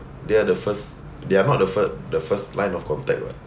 they are the first they are not the fir~ the first line of contact [what]